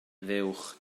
fuwch